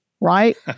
right